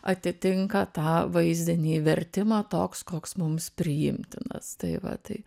atitinka tą vaizdinį vertimą toks koks mums priimtinas tai va tai